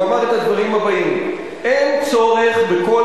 והוא אמר את הדברים הבאים: אין צורך בכל